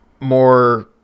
more